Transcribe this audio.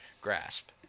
grasp